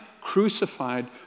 crucified